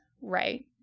right